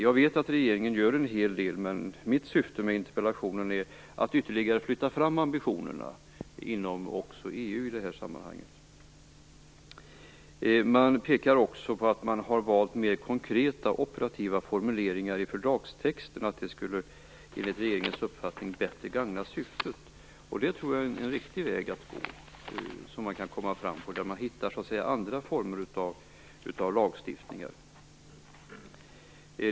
Jag vet att regeringen gör en hel del, men mitt syfte med interpellationen är att ytterligare flytta fram ambitionerna också inom EU i detta sammanhang. Regeringen pekar också på att den har valt mer konkreta, operativa formuleringar i fördragstexten och att detta enligt regeringens uppfattning bättre skulle gagna syftet. Jag tror att det är en riktig väg att gå, där man kan komma fram och hitta andra former av lagstiftning.